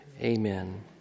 Amen